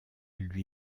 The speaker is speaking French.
lui